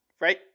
right